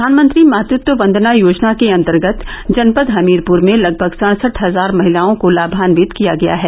प्रधानमंत्री मातृत्व वंदना योजना के अंतर्गत जनपद हमीरपुर में लगभग सड़सठ हजार महिलाओं को लाभान्वित किया गया है